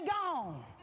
gone